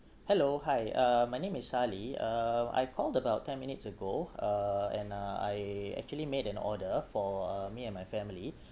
hello hi uh my name is ali uh I called about ten minutes ago uh and uh I actually made an order for uh me and my family